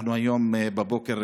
אנחנו הבוקר,